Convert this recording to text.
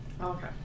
Okay